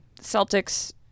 Celtics